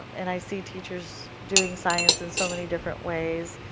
and i see teachers doing science in so many different ways,